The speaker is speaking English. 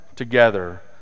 together